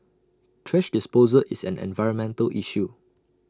thrash disposal is an environmental issue